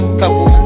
couple